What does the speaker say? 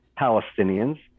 Palestinians